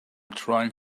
trying